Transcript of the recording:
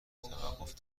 توقف